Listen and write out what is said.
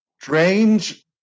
strange